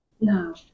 No